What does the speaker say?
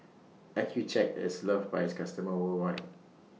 Accucheck IS loved By its customers worldwide